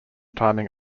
timing